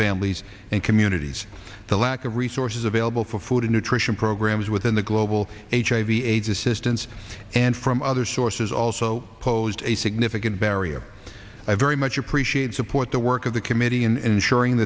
please and communities the lack of resources available for food and nutrition programs within the global hiv aids assistance and from other sources also pose a significant barrier i very much appreciate support the work of the committee in ensuring